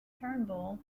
turnbull